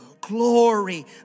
glory